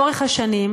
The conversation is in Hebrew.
לאורך השנים,